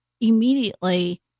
immediately